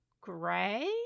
gray